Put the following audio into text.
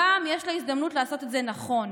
הפעם יש לה הזדמנות לעשות את זה נכון: